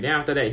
can